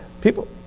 people